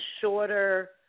shorter